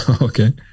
Okay